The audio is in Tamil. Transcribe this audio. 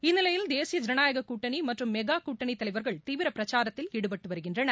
இந்நிலையில் தேசிய ஜனநாயகக் கூட்டணி மற்றும் மெகா கூட்டணி தலைவர்கள் தீவிர பிரச்சாரத்தில் ஈடுபட்டு வருகின்றனர்